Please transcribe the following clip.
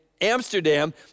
Amsterdam